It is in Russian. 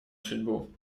судьбу